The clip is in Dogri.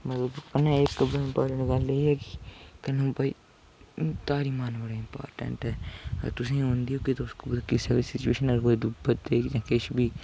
तारी मारना अगर तुसैं गी ओंदी होगी ते तुस कुसै बी सिचुएशन च